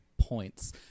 points